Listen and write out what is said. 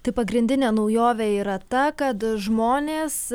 tai pagrindinė naujovė yra ta kad žmonės